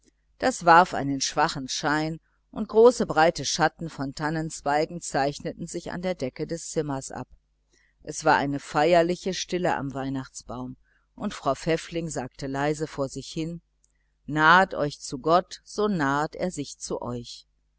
das warf einen schwachen schein und große breite schatten von tannenzweigen zeichneten sich an der decke des zimmers ab es war eine feierliche stille am weihnachtsbaum und frau pfäffling sagte leise vor sich hin nahet euch zu gott so nahet er sich zu euch